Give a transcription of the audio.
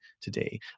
today